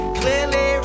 clearly